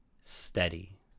Steady